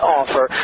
offer